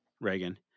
Reagan